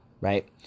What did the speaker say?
right